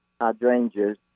hydrangeas